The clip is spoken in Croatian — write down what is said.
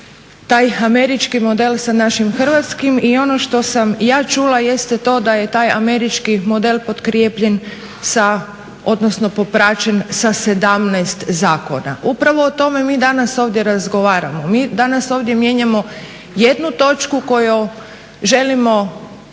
taj američki model sa našim hrvatskim i ono što sam ja čula jeste to da je taj američki model potkrijepljen sa, odnosno popraćen sa 17 zakona. Upravo o tome mi danas ovdje razgovaramo. Mi danas ovdje mijenjamo jednu točku kojom želimo